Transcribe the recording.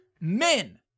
men